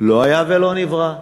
לא היה ולא נברא.